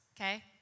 okay